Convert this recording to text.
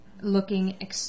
looking